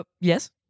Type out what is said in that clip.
Yes